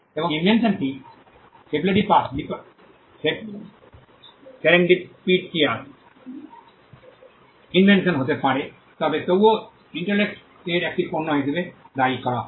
এবং ইনভেনশনটি serendipitous invention হতে পারে তবে তবুও ইন্টেলেক্ট এর একটি পণ্য হিসাবে দায়ী করা হয়